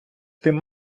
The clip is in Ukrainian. тим